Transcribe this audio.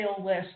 list